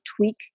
tweak